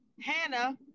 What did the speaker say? Hannah